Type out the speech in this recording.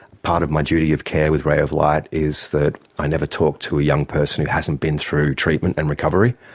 part of my duty of care with ray of light is that i never talk to a young person who hasn't been through treatment and recovery.